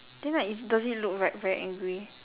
then like it does it look like very angry